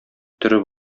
төреп